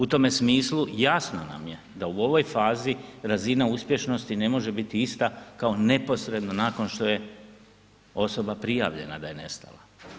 U tome smislu jasno nam je da u ovoj fazi razina uspješnosti ne može biti ista kao neposredno nakon što je osoba prijavljena da je nestala.